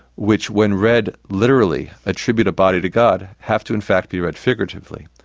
which when read literally, attribute a body to god, have to in fact be read figuratively.